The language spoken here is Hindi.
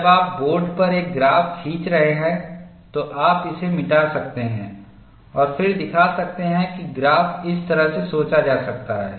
जब आप बोर्ड पर एक ग्राफ खींच रहे हैं तो आप इसे मिटा सकते हैं और फिर दिखा सकते हैं कि ग्राफ इस तरह से सोचा जा सकता है